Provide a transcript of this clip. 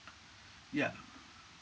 yeah